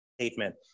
statement